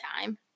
time